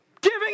giving